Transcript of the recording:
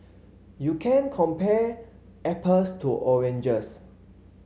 you can compare apples to oranges